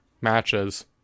matches